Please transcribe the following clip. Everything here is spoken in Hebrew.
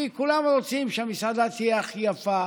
כי כולם רוצים שהמסעדה תהיה הכי יפה,